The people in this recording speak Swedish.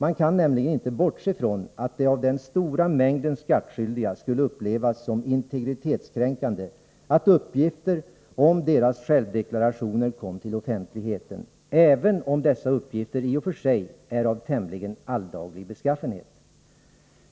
Man kan nämligen inte bortse från att det av den stora mängden skattskyldiga skulle upplevas som integritetskränkande att uppgifter om deras självdeklarationer kom till offentligheten, även om dessa uppgifter i och för sig är av tämligen alldaglig beskaffenhet.”